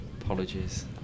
Apologies